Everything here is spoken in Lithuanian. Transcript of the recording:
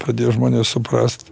pradės žmonės suprast